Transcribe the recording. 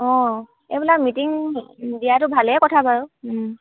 অঁ এইবিলাক মিটিং দিয়াটো ভালেই কথা বাৰু